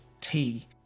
tea